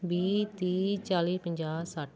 ਵੀਹ ਤੀਹ ਚਾਲੀ ਪੰਜਾਹ ਸੱਠ